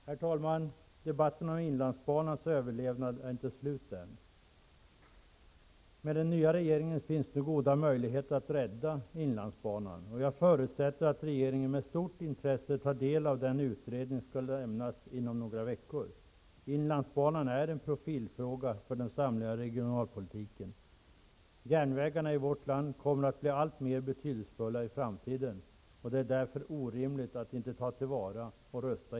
Herr talman! Debatten om inlandsbanans överlevnad är inte slut än. Med den nya regeringen finns det goda möjligheter att rädda inlandsbanan. Jag förutsätter att regeringen med stort intresse tar del av den utredning som skall lämnas inom några veckor. Inlandsbanan är en profilfråga för den samlade regionalpolitiken. Järnvägarna i vårt land kommer att bli alltmer betydelsefulla i framtiden. Herr talman!